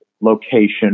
location